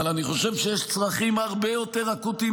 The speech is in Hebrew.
אבל אני חושב שיש צרכים הרבה יותר אקוטיים